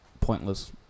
pointless